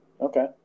Okay